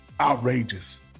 outrageous